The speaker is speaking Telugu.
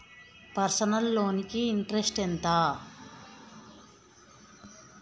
పర్సనల్ లోన్ కి ఇంట్రెస్ట్ ఎంత?